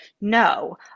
No